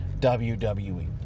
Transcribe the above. WWE